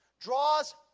draws